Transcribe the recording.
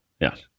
Yes